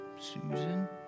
Susan